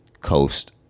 coast